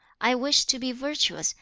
i wish to be virtuous,